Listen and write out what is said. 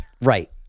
Right